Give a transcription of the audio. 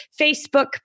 Facebook